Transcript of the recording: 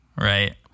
Right